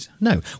No